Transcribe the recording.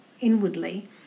inwardly